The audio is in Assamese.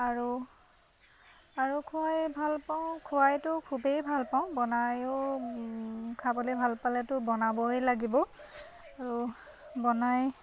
আৰু আৰু খোৱাই ভাল পাওঁ খুৱাইতো খুবেই ভাল পাওঁ বনায়ো খাবলৈ ভাল পালেতো বনাবই লাগিব আৰু বনাই